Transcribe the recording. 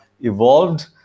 evolved